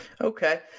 Okay